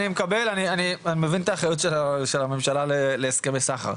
אני מקבל ואני מבין את האחריות של הממשלה להסכמי סחר.